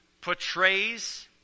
portrays